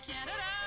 Canada